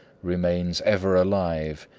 remains ever alive,